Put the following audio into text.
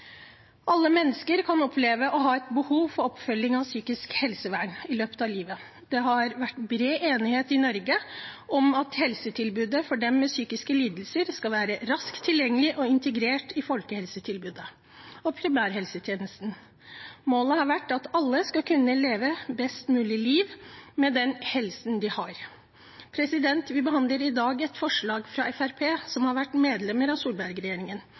Alle mennesker kan oppleve å ha et behov for oppfølging av psykisk helsevern i løpet av livet. Det har vært bred enighet i Norge om at helsetilbudet for dem med psykiske lidelser skal være raskt tilgjengelig og integrert i folkehelsetilbudet og primærhelsetjenesten. Målet har vært at alle skal kunne leve et best mulig liv med den helsen man har. Vi behandler i dag et forslag fra Fremskrittspartiet, som har vært medlemmer av